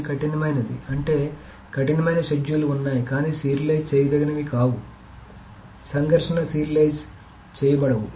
ఇది కఠినమైనది అంటే కఠినమైన షెడ్యూల్లు ఉన్నాయి కానీ సీరియలైజ్ చేయదగినవి కావు సంఘర్షణ సీరియలైజ్ చేయబడవు